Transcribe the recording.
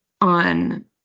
on